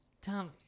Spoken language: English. Tom